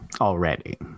already